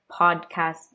podcast